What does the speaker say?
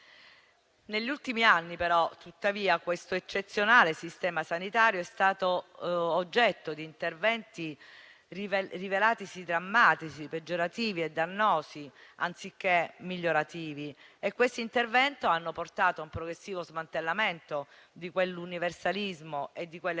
Negli ultimi anni, tuttavia, questo eccezionale sistema sanitario è stato oggetto di interventi rivelatisi drammatici, peggiorativi e dannosi, anziché migliorativi; tali interventi hanno portato a un progressivo smantellamento di quell'universalismo e di quella eccellenza